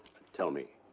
tell me.